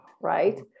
Right